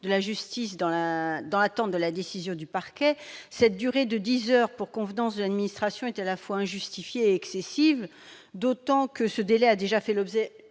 de la justice, dans l'attente de la décision du parquet. Cette durée de 10 heures pour convenance de l'administration est, à la fois, injustifiée et excessive, d'autant que ce délai a déjà fait l'objet